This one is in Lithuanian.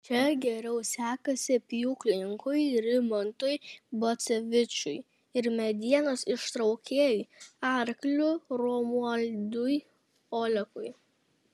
čia geriau sekasi pjūklininkui rimantui bacevičiui ir medienos ištraukėjui arkliu romualdui olekui